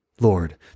Lord